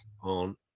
on